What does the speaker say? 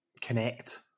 connect